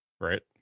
right